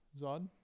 Zod